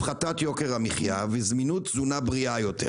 הפחתת יוקר המחיה וזמינות תזונה בריאה יותר.